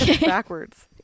backwards